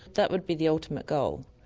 that would be the ultimate goal,